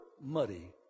muddy